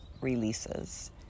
releases